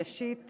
ראשית,